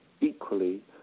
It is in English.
equally